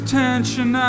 tension